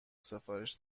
سفارش